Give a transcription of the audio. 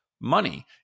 money